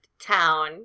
town